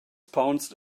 pounced